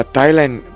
Thailand